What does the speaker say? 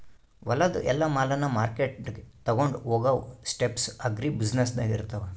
ಹೊಲದು ಎಲ್ಲಾ ಮಾಲನ್ನ ಮಾರ್ಕೆಟ್ಗ್ ತೊಗೊಂಡು ಹೋಗಾವು ಸ್ಟೆಪ್ಸ್ ಅಗ್ರಿ ಬ್ಯುಸಿನೆಸ್ದಾಗ್ ಇರ್ತಾವ